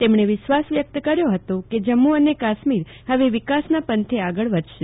તેમણે વિશ્વાસ વ્યકત કર્યો હતો કે જમ્મ્ અને કાશ્મીર હવે વિકાસના પંથે આગળ વધશે